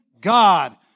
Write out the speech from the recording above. God